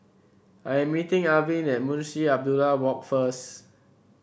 I am meeting Arvid at Munshi Abdullah Walk first